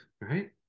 right